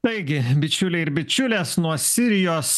taigi bičiuliai ir bičiulės nuo sirijos